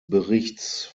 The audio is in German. berichts